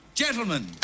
Gentlemen